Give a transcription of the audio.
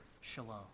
shalom